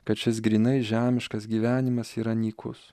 kad šis grynai žemiškas gyvenimas yra nykus